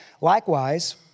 Likewise